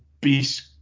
beast